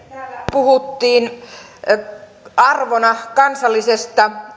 puhuttiin arvona kansallisesta